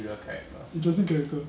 eh 没有 eh 在吗 ha